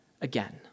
again